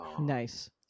Nice